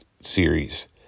series